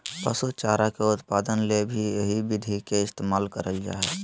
पशु चारा के उत्पादन ले भी यही विधि के इस्तेमाल करल जा हई